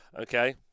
okay